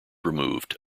removed